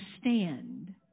stand